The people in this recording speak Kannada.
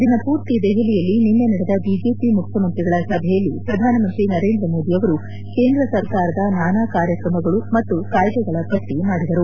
ದಿನಪೂರ್ತಿ ದೆಹಲಿಯಲ್ಲಿ ನಿನ್ನೆ ನಡೆದ ಬಿಜೆಪಿ ಮುಖ್ಯಮಂತ್ರಿಗಳ ಸಭೆಯಲ್ಲಿ ಪ್ರಧಾನಮಂತ್ರಿ ನರೇಂದ್ರ ಮೋದಿಯವರು ಕೇಂದ್ರ ಸರ್ಕಾರದ ನಾನಾ ಕಾರ್ಯಕ್ರಮಗಳು ಮತ್ತು ಕಾಯ್ದೆಗಳ ಪಟ್ಟಿ ಮಾಡಿದರು